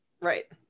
Right